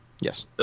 yes